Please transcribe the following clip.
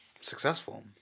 successful